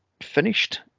finished